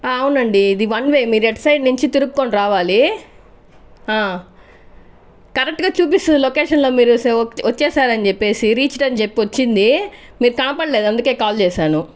అవునండి ఇది one way మీరు అటు సైడ్ నుంచి తిరుక్కుని రావాలి కరెక్ట్గా చూపిసస్తుంది లొకేషన్లో మీరు వస వచ్చేసారని చెప్పేసి రీచ్డ్ అని చెప్పి వచ్చింది మీరు కనపడలేదు అందుకే కాల్ చేశాను